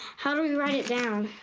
how do we write it down?